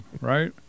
right